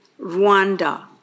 Rwanda